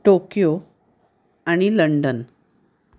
Tokyo आणि London